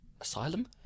asylum